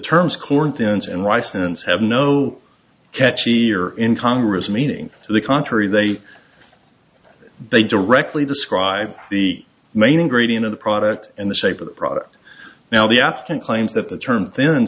terms corn thins and rice since have no catchy or in congress meaning to the contrary they are they directly describe the main ingredient of the product and the shape of the product now the afghan claims that the term thin